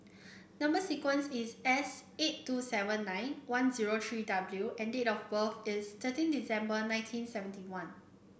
number sequence is S eight two seven nine one zero three W and date of birth is thirteen December nineteen seventy one